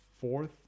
fourth